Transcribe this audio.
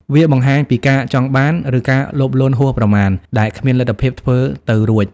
វាបង្ហាញពីការចង់បាន ឬការលោភលន់ហួសប្រមាណ ដែលគ្មានលទ្ធភាពធ្វើទៅរួច។